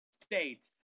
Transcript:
State